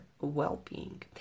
well-being